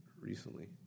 recently